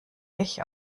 ich